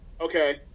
Okay